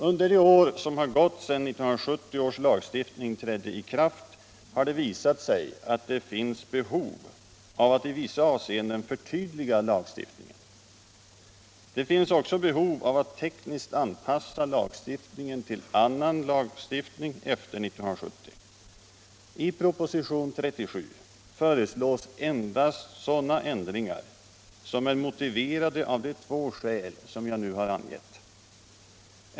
Under de år som gått sedan 1970 års lagstiftning trädde i kraft har det visat sig att det finns behov av att i vissa avseenden förtydliga lagstiftningen. Det föreligger också behov av att tekniskt anpassa lagstiftningen till annan ny lagstiftning efter 1970. I propositionen föreslås endast sådana ändringar som är motiverade av de två skäl jag nu har angivit.